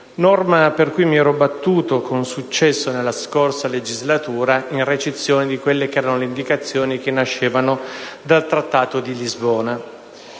norma per cui mi ero battuto con successo nella scorsa legislatura in ricezione delle indicazioni che nascevano dal Trattato di Lisbona.